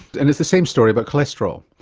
and it's the same story about cholesterol.